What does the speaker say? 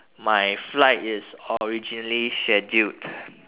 my flight is originally scheduled